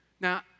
Now